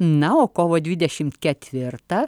na o kovo dvidešim ketvirtą